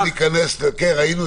ראינו.